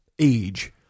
age